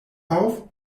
auf